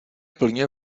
plně